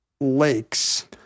lakes